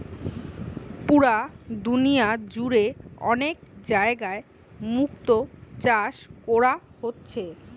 পুরা দুনিয়া জুড়ে অনেক জাগায় মুক্তো চাষ কোরা হচ্ছে